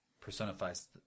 personifies